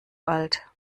alt